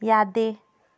ꯌꯥꯗꯦ